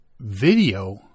video